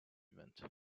event